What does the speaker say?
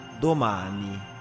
Domani